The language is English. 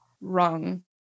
wrong